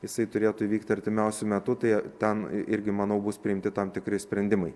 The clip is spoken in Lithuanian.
jisai turėtų įvykti artimiausiu metu tai ten irgi manau bus priimti tam tikri sprendimai